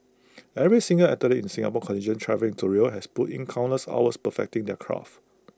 every single athlete in Singapore contingent travelling to Rio has put in countless hours perfecting their craft